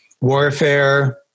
warfare